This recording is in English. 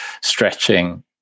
stretching